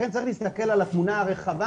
לכן צריך להסתכל על התמונה הרחבה